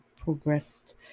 progressed